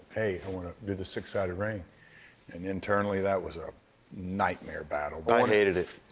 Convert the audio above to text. hey, i wanna do the six sided ring and internally that was a nightmare battle. i hated it.